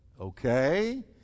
Okay